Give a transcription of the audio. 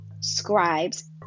scribes